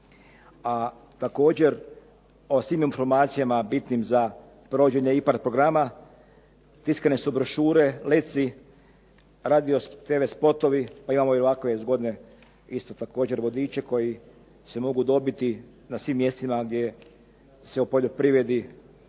A također o svim informacijama bitnim za provođenje IPARD programa tiskane su brošure, leci, radio, TV spotovi, pa imamo i ovakve zgodne vodiče koji se mogu dobiti na svim mjestima gdje se o poljoprivredi